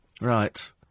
Right